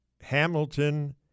Hamilton